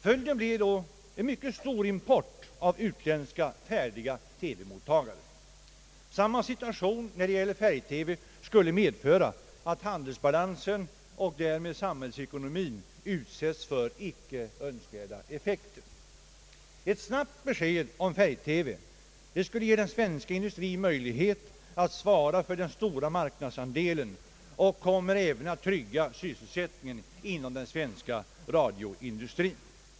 Följden blir då en mycket stor import av utländska färdiga TV-mottagare. Samma situation när det gäller färg-TV skulle medföra att handelsbalansen och därmed samhällsekonomien utsätts för icke önskvärda effekter. Ett snabbt besked om färg-TV skulle ge den svenska industrien möjlighet att svara för den stora marknadsandelen och skulle även trygga sysselsättningen inom den svenska radioindustrien.